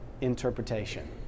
interpretation